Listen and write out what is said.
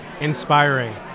Inspiring